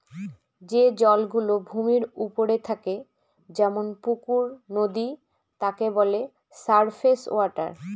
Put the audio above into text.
যে জল গুলো ভূমির ওপরে থাকে যেমন পুকুর, নদী তাকে বলে সারফেস ওয়াটার